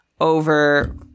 over